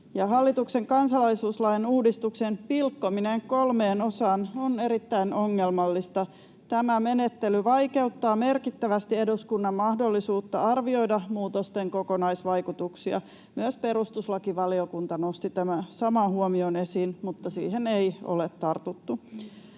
Hallituksen kansalaisuuslain uudistuksen pilkkominen kolmeen osaan on erittäin ongelmallista; tämä menettely vaikeuttaa merkittävästi eduskunnan mahdollisuutta arvioida muutosten kokonaisvaikutuksia. Myös perustuslakivaliokunta nosti tämän saman huomion esiin, mutta siihen ei ole tartuttu.